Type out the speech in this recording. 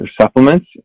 supplements